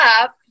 up